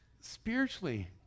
Spiritually